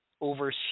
over